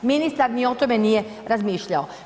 Ministar ni o tome nije razmišljao.